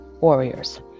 warriors